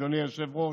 אדוני היושב-ראש,